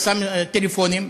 עשה טלפונים,